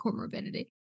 comorbidity